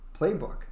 playbook